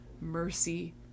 mercy